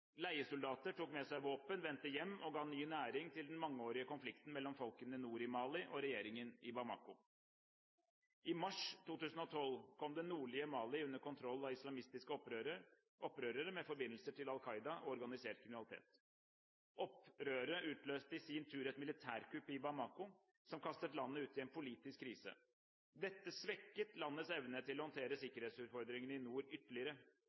Leiesoldater tok med seg våpen, vendte hjem og ga ny næring til den mangeårige konflikten mellom folkene nord i Mali og regjeringen i Bamako. I mars 2012 kom det nordlige Mali under kontroll av islamistiske opprørere med forbindelser til Al Qaida og organisert kriminalitet. Opprøret utløste i sin tur et militærkupp i Bamako som kastet landet ut i en politisk krise. Dette svekket landets evne til å håndtere sikkerhetsutfordringene i nord ytterligere.